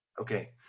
Okay